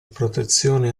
protezione